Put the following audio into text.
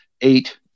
eight